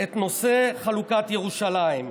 את נושא חלוקת ירושלים".